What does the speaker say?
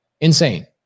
Insane